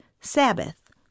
Sabbath